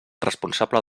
responsable